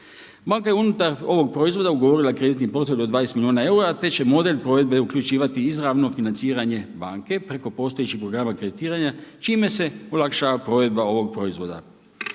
Banka je unutar ovog proizvoda ugovorila kreditni …/Govornik se ne razumije./… od 20 milijuna eura, te će model provedbe uključivati izravno financiranje banke preko postojećih programa kreditiranja čime se olakšava provedba ovog proizvoda.